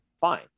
fine